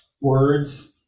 words